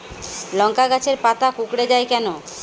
লংকা গাছের পাতা কুকড়ে যায় কেনো?